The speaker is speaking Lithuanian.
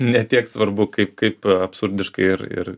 ne tiek svarbu kaip kaip absurdiškai ir ir